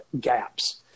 gaps